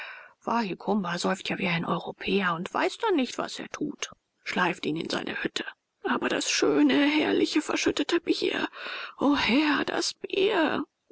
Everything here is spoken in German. wahikuma säuft ja wie ein europäer und weiß dann nicht was er tut schleift ihn in seine hütte aber das schöne herrliche verschüttete bier o herr das bier